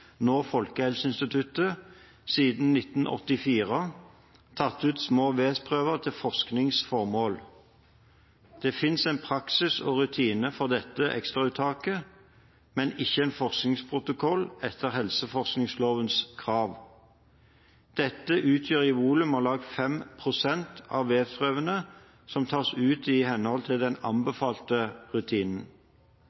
nå Folkehelseinstituttet, siden 1984 tatt ut små vevsprøver til forskningsformål. Det finnes en praksis og rutine for dette ekstrauttaket, men ikke en forskningsprotokoll etter helseforskningslovens krav. Dette utgjør i volum om lag 5 pst. av vevsprøvene som tas ut i henhold til den